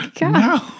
No